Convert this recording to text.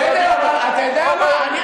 בסדר, אתה יודע מה?